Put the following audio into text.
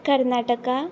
Karnataka